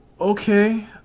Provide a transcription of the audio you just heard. okay